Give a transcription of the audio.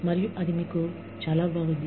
మరియు అది మీకు చాలా బాగుంది